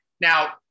Now